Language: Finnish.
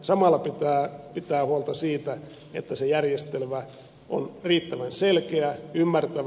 samalla pitää pitää huolta siitä että se järjestelmä on riittävän selkeä ymmärtävä